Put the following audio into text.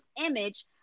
image